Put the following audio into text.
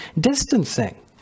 distancing